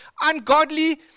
ungodly